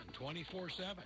24-7